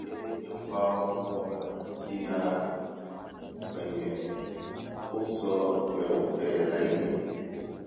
Hii ni ubao wa kuandikia kwenye uto mweupe laini